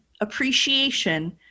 appreciation